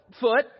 foot